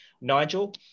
Nigel